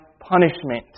punishment